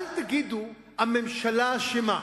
אל תגידו, הממשלה אשמה,